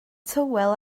tywel